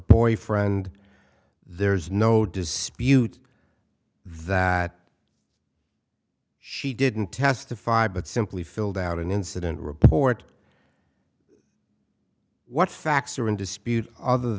boyfriend there's no dispute that she didn't testify but simply filled out an incident report what facts are in dispute other